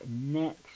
next